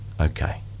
Okay